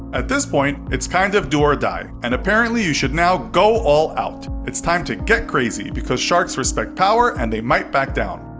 at this point, it's kind of do or die, and apparently you should now go all out. it's time to get crazy, because sharks respect power and they might back down.